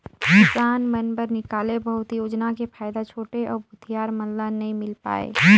किसान मन बर निकाले बहुत योजना के फायदा छोटे अउ भूथियार मन ल नइ मिल पाये